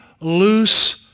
loose